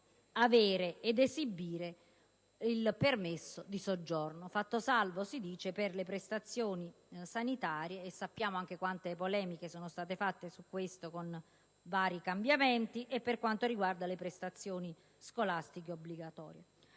avere ed esibire il permesso di soggiorno, fatte salve, si dice, le prestazioni sanitarie - sappiamo anche quante polemiche sono state fatte in proposito, con vari cambiamenti - e le prestazioni scolastiche obbligatorie.